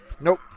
Nope